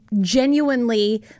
genuinely